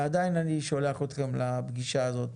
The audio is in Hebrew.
ועדיין אני שולח אתכם לפגישה הזאת